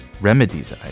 Remedies